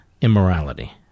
immorality